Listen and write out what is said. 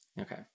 Okay